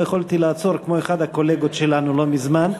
לא יכולתי לעצור, כמו אחד הקולגות שלנו לא מזמן.